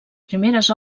primeres